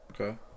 Okay